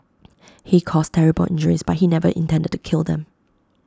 he caused terrible injuries but he never intended to kill them